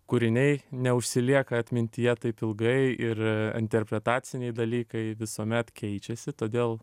kūriniai neužsilieka atmintyje taip ilgai ir interpretaciniai dalykai visuomet keičiasi todėl